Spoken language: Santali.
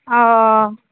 ᱚᱻ